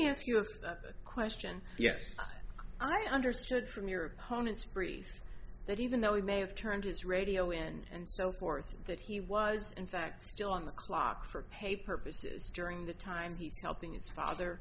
ask you a question yes i understood from your opponent's brief that even though he may have turned his radio in and so forth that he was in fact still on the clock for pay purposes during the time he's helping his father